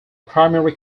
primary